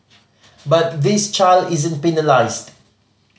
but this child isn't penalised